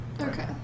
Okay